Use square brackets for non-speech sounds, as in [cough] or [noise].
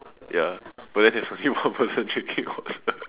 ya but then there's only one person drinking water [laughs]